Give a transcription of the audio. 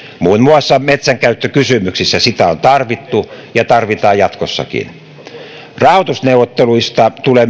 muun muassa metsänkäyttökysymyksissä sitä on tarvittu ja tarvitaan jatkossakin myös rahoitusneuvotteluista tulee